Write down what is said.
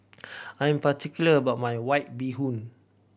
I'm particular about my White Bee Hoon